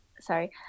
Sorry